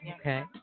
Okay